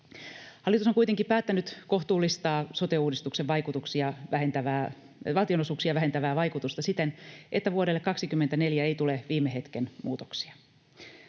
Hallitus on kuitenkin päättänyt kohtuullistaa valtionosuuksia vähentävää vaikutusta siten, että vuodelle 24 ei tule viime hetken muutoksia.